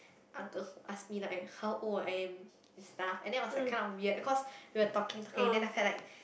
uncles ask me like how old I am and stuff and then it was like kind of weird cause we were talking talking then after that like